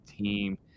team